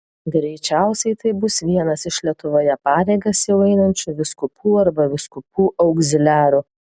greičiausiai tai bus vienas iš lietuvoje pareigas jau einančių vyskupų arba vyskupų augziliarų